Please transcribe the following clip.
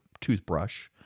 toothbrush